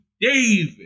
David